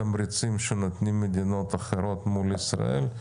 לגבי התמריצים שמדינות אחרות נותנות מול ישראל.